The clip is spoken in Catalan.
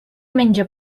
menja